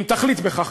אם תחליט כך,